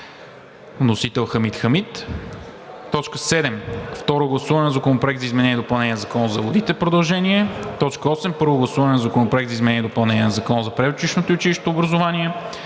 Вносител е Хамид Хамид. 7. Второ гласуване на Законопроект за изменение и допълнение на Закона за водите – продължение. 8. Първо гласуване на Законопроект за изменение и допълнение на Закона за предучилищното и училищното образование.